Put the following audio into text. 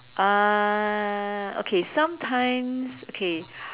uh okay sometimes okay